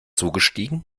zugestiegen